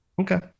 Okay